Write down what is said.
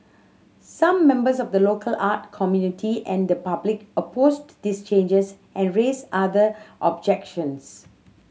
some members of the local art community and the public opposed these changes and raised other objections